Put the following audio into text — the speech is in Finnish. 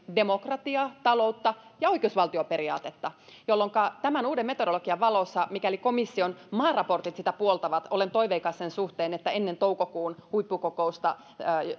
demokratiaa taloutta ja oikeusvaltioperiaatetta jolloinka tämän uuden metodologian valossa mikäli komission maaraportit sitä puoltavat olen toiveikas sen suhteen että ennen toukokuun huippukokousta